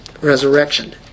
Resurrection